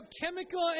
chemical